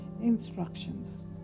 instructions